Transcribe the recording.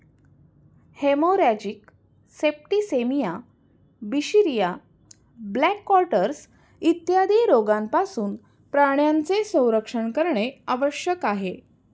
haemorrhagic septicaemia, बिशरिया, black quarters इत्यादी रोगांपासून प्राण्यांचे संरक्षण करणे आवश्यक आहे